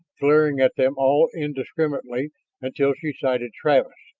glaring at them all indiscriminately until she sighted travis.